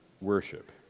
worship